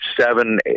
seven